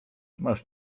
masz